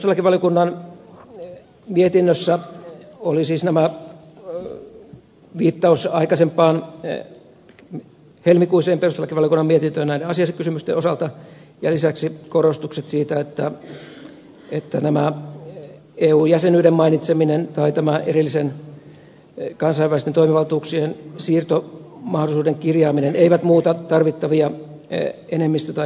perustuslakivaliokunnan mietinnössä on siis viittaus aikaisempaan helmikuiseen perustuslakivaliokunnan mietintöön näiden asiakysymysten osalta ja lisäksi korostukset siitä että eu jäsenyyden mainitseminen tai tämän erillisen kansainvälisten toimivaltuuksien siirtomahdollisuuden kirjaaminen ei muuta tarvittavia enemmistö tai määräenemmistövaatimuksia